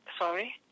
sorry